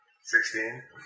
Sixteen